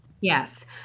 Yes